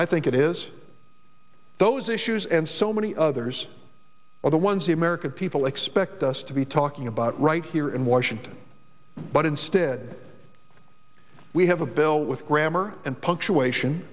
i think it is those issues and so many others are the ones the american people expect us to be talking about right here in washington but instead we have a bill with grammar and punctuation